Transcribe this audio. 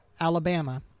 Alabama